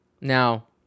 Now